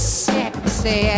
sexy